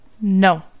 No